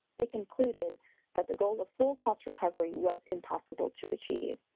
it concluded that the goal of full cost recovery was impossible to achieve.